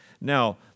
Now